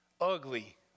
ugly